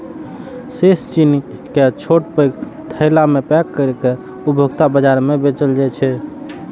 शेष चीनी कें छोट पैघ थैला मे पैक कैर के उपभोक्ता बाजार मे बेचल जाइ छै